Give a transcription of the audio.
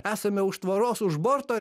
esame už tvoros už borto